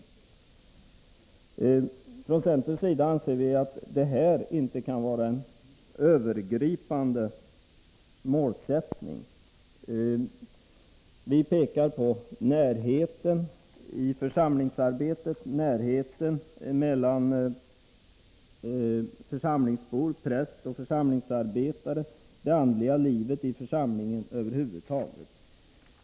Vi från centern anser att detta inte kan vara en övergripande målsättning. Vi pekar på närheten i församlingsarbetet, närheten mellan församlingsbor, präst och församlingsarbetare och betonar det andliga livet i församlingen över huvud taget.